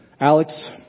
Alex